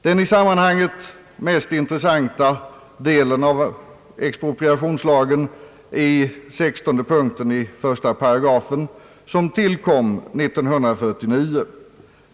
Den i sammanhanget mest intressanta delen av expropriationslagen är punkt 16 i 18, som tillkom 1949.